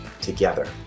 together